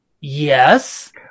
yes